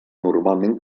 normalment